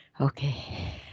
Okay